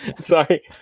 Sorry